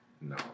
No